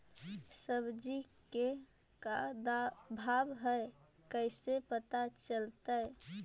सब्जी के का भाव है कैसे पता चलतै?